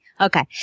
okay